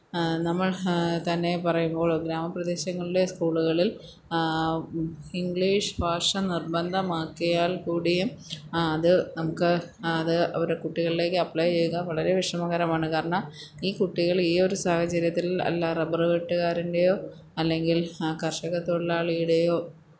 നമ്മള് തന്നെ പറയുമ്പോള് ഗ്രാമപ്രദേശങ്ങളിലെ സ്കൂളുകളില് ഇംഗ്ലീഷ് ഭാഷ നിര്ബന്ധമാക്കിയാല് കൂടിയും അത് നമുക്ക് അത് അവരുടെ കുട്ടികളിലേക്ക് അപ്ലേ ചെയ്യുക വളരെ വിഷമകരമാണ് കാരണം ഈ കുട്ടികള് ഈയൊരു സാഹചര്യത്തില് അല്ല റബറ് വെട്ട്കാരന്റെയോ അല്ലെങ്കില് കര്ഷക തൊഴിലാളീടെയോ